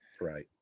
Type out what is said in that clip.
Right